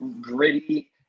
gritty